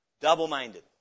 Double-minded